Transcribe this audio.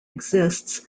exists